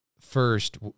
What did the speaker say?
first